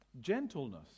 Gentleness